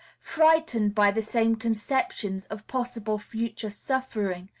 frightened by the same conceptions of possible future suffering,